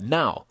now